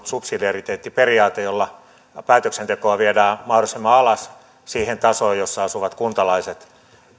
subsidiariteettiperiaate jolla päätöksentekoa viedään mahdollisimman alas siihen tasoon jossa ovat kuntalaiset